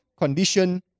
condition